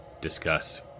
discuss